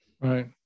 Right